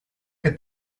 que